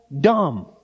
dumb